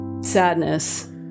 sadness